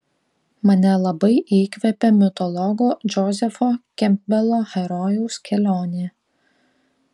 mane labai įkvepia mitologo džozefo kempbelo herojaus kelionė